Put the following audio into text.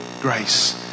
grace